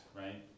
right